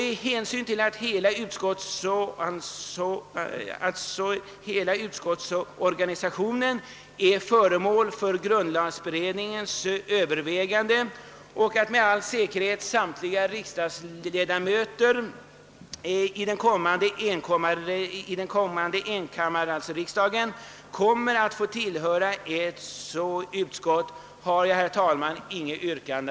Då vidare hela utskottsorganisationen är föremål för grundlagberedningens övervägande och med all säkerhet samtliga ledamöter i den blivande enkammarriksdagen kommer att få tillhöra ett utskott har jag, herr talman, inget yrkande.